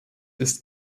ist